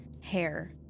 hair